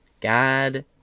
God